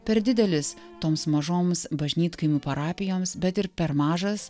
per didelis toms mažoms bažnytkaimių parapijoms bet ir per mažas